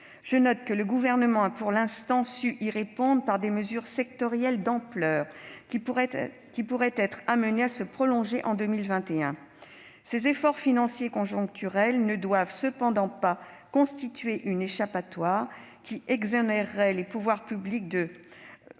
Je note que le Gouvernement a, pour l'instant, su y répondre, par des mesures sectorielles d'ampleur, qui pourraient être amenées à se prolonger en 2021. Ces efforts financiers conjoncturels ne doivent cependant pas constituer une échappatoire qui exonérerait les pouvoirs publics et